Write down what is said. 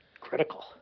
critical